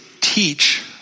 teach